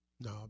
no